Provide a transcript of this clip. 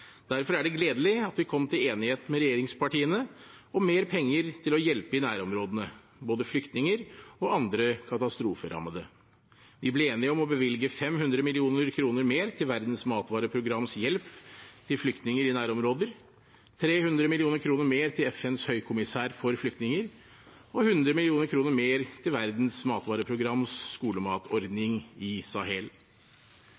Derfor er det gledelig at vi kom til enighet med regjeringspartiene om mer penger til å hjelpe i nærområdene – både flyktninger og andre katastroferammede. Vi ble enige om å bevilge 500 mill. kr mer til Verdens matvareprograms hjelp til flyktninger i nærområder, 300 mill. kr mer til FNs høykommissær for flyktninger, og 100 mill. kr mer til Verdens matvareprograms